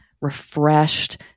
refreshed